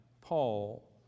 Paul